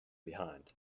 behind